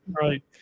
Right